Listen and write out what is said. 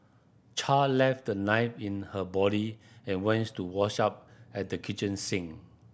char left the knife in her body and went to wash up at the kitchen sink